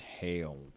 Hail